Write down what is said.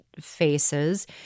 faces